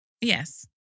Yes